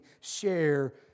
share